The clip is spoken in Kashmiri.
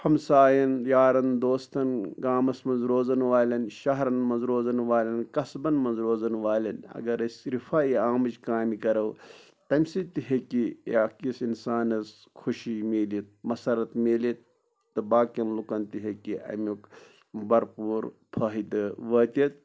ہمسایَن یارَن دوستَن گامَس منٛز روزان والٮ۪ن شَہرَن منٛز روزَان والٮ۪ن قَصبَن منٛز روزَان والٮ۪ن اگر أسۍ رِفایے عامٕچ کامہِ کَرو تَمہِ سۭتۍ تہِ ہٮ۪کہِ اَکھ یُس اِنسانَس خوشی میٖلِتھ مسّرت میٖلِتھ تہٕ باقیَن لُکَن تہِ ہیٚکہِ اَمیُٚک برپوٗر فٲیدٕ وٲتِتھ